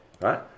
right